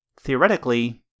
theoretically